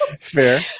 Fair